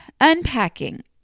unpacking